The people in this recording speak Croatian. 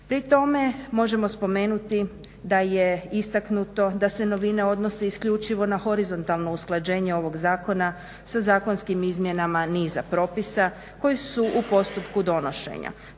Pri tome možemo spomenuti da je istaknuto da se novine odnose isključivo na horizontalno usklađenje ovog zakona sa zakonskim izmjenama niza propisa koji su u postupku donošenja.